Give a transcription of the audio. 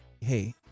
Hey